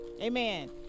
Amen